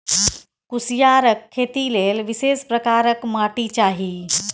कुसियारक खेती लेल विशेष प्रकारक माटि चाही